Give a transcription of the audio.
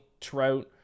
Trout